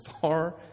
far